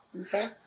Okay